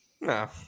No